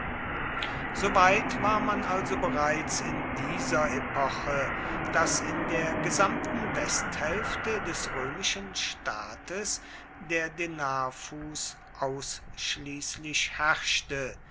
so weit war man also bereits in dieser epoche daß in der gesamten westhälfte des römischen staates der denarfuß ausschließlich herrschte